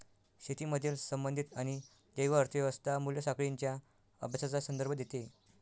शेतीमधील संबंधित आणि जैव अर्थ व्यवस्था मूल्य साखळींच्या अभ्यासाचा संदर्भ देते